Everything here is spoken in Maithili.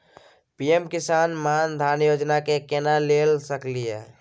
पी.एम किसान मान धान योजना के केना ले सकलिए?